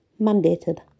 mandated